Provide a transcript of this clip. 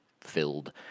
filled